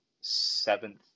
seventh